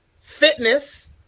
fitness